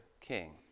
king